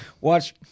Watch